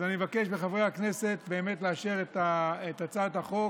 אז אני מבקש מחברי הכנסת לאשר את הצעת החוק,